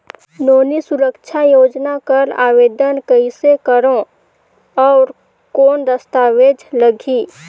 नोनी सुरक्षा योजना कर आवेदन कइसे करो? और कौन दस्तावेज लगही?